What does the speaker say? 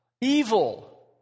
evil